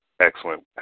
excellent